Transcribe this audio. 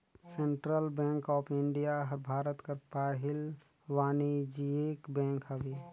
central Bank of India हर भारत कर पहिल वानिज्यिक बेंक हवे